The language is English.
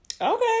Okay